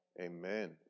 Amen